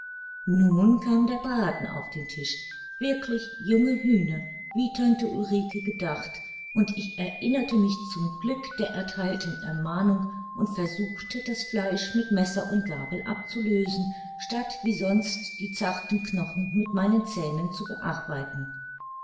nun kam der braten auf den tisch wirklich junge hühner wie tante ulrike gedacht und ich erinnerte mich zum glück der ertheilten ermahnung und versuchte das fleisch mit messer und gabel abzulösen statt wie sonst die zarten knochen mit meinen zähnen zu bearbeiten